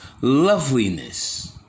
loveliness